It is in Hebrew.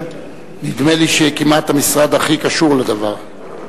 נדמה לי שכמעט המשרד הכי קשור לדבר,